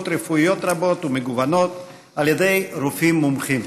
רפואיות רבות ומגוונות על ידי רופאים מומחים.